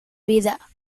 vida